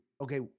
okay